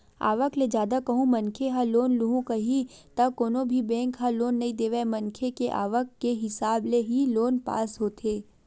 आवक ले जादा कहूं मनखे ह लोन लुहूं कइही त कोनो भी बेंक ह लोन नइ देवय मनखे के आवक के हिसाब ले ही लोन पास होथे